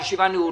הישיבה נעולה.